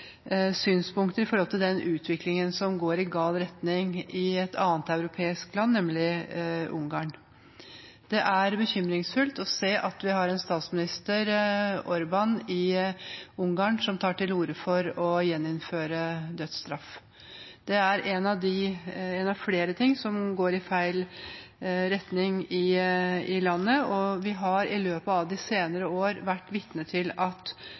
synspunkter om den utviklingen som går i gal retning i et annet europeisk land, nemlig Ungarn. Det er bekymringsfullt å se at vi har en statsminister, Orban, i Ungarn som tar til orde for å gjeninnføre dødsstraff. Det er én av flere ting som går i feil retning i landet. Vi har i løpet av de senere år vært vitne til at